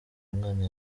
umwana